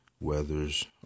Weathers